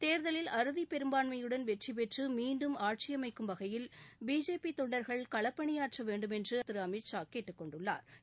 தேர்தலில் அறுதிபெரும்பான்மையுடன் வெற்றி பெற்று மீண்டும் ஆட்சி அமைக்கும் வகையில் பிஜேபி தொண்டா்கள் களப்பணியாற்ற வேண்டும் என்று அக்கட்சி தலைவா் திரு அமித்ஷா கேட்டுக்கொண்டுள்ளாா்